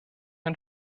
ein